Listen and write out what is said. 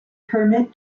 permit